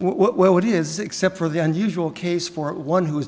what is except for the unusual case for one who was